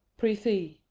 prithee,